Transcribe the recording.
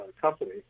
company